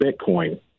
Bitcoin